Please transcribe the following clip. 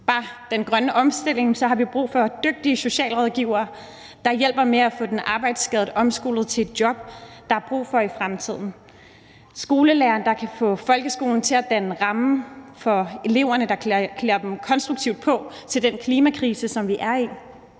på den grønne omstilling: Vi har brug for dygtige socialrådgivere, der hjælper med at få den arbejdsskadede omskolet til et job, der er brug for i fremtiden; skolelæreren, der kan få folkeskolen til at danne rammen for eleverne, der klæder dem konstruktivt på til den klimakrise, som vi er i;